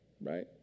right